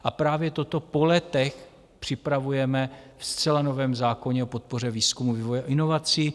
A právě toto po letech připravujeme ve zcela novém zákoně o podpoře výzkumu, vývoje a inovací.